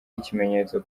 ikimenyetso